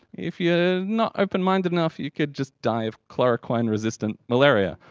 if you're not open-minded enough you could just die of chloroquine resistant malaria,